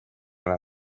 ole